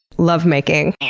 lovemaking?